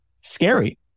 scary